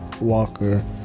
Walker